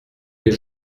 les